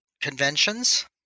Conventions